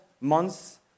months